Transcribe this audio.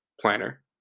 planner